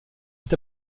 est